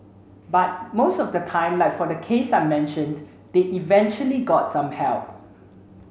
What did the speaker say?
but most of the time like for the case I mentioned they eventually got some help